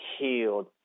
healed